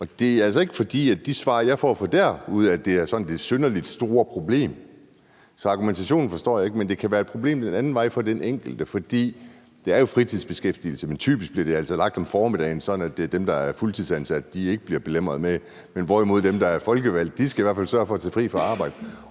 og det er altså ikke, fordi de svar, jeg får derfra, er, at det er sådan et synderlig stort problem, så argumentationen forstår jeg ikke. Men det kan være et problem den anden vej for den enkelte, for det er jo fritidsbeskæftigelse, men typisk bliver det altså lagt om formiddagen, sådan at dem, der er fuldtidsansatte, ikke bliver belemret, men hvorimod dem, der er folkevalgte, i hvert fald skal sørge for at tage fri fra arbejde,